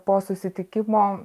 po susitikimo